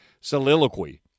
soliloquy